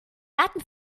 daten